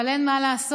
אבל אין מה לעשות.